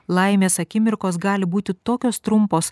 laimės akimirkos gali būti tokios trumpos